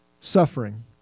suffering